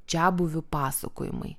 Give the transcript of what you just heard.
čiabuvių pasakojimai